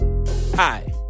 Hi